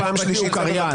זאת פעם שלישית, צא בבקשה.